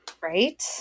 right